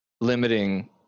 limiting